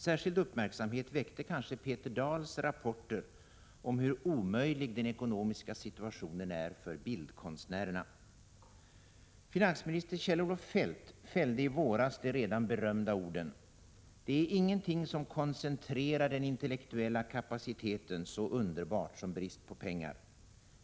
Särskild uppmärksamhet väckte kanske Peter Dahls rapporter om hur omöjlig den ekonomiska situationen är för bildkonstnärerna. Finansminister Kjell-Olof Feldt fällde i våras de redan berömda orden: ”Det är ingenting som koncentrerar den intellektuella kapaciteten så underbart som brist på pengar.